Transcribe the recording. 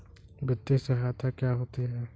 वित्तीय सहायता क्या होती है?